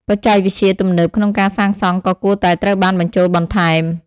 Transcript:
បច្ចេកវិទ្យាទំនើបក្នុងការសាងសង់ក៏គួរតែត្រូវបានបញ្ចូលបន្ថែម។